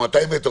200 מטר,